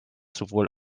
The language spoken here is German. sowohl